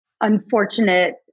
unfortunate